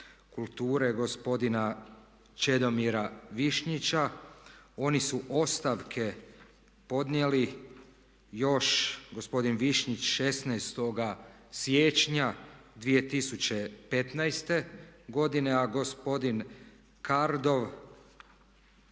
kulture gospodina Čedomira Višnjića. Oni su ostavke podnijeli još gospodin Višnjić 16. siječnja 2015. godine, a gospodin Kardov